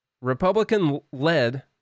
Republican-led